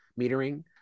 metering